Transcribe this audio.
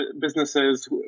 businesses